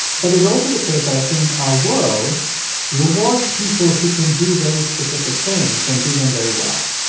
but there's also the case that i think our world rewards people who can do very specific things and do them very well.